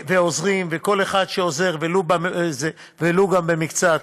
כל אחד שעוזר, ולו גם במקצת,